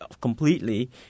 completely